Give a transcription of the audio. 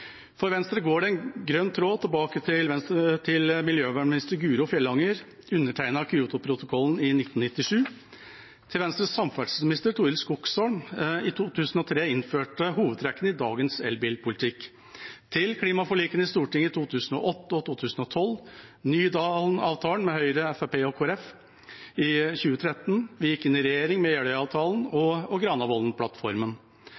For Venstre går det en grønn tråd fra da miljøvernminister Guro Fjellanger undertegnet Kyotoprotokollen i 1997, til da Venstres samferdselsminister Torild Skogsholm i 2003 innførte hovedtrekkene i dagens elbilpolitikk, til klimaforlikene i Stortinget i 2008 og 2012, til Nydalen-avtalen med Høyre, Fremskrittspartiet og Kristelig Folkeparti i 2013, og til vi gikk inn i regjering med